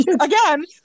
Again